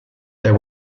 there